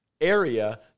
area